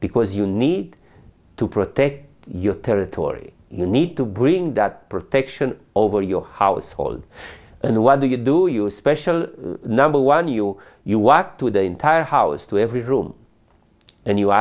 because you need to protect your territory you need to bring that protection over your household and what do you do you special number one you you walk to the entire house to every room and you